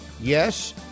Yes